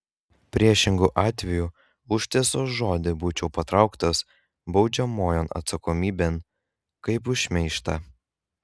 priešingu atveju už tiesos žodį būčiau patrauktas baudžiamojon atsakomybėn kaip už šmeižtą